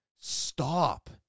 Stop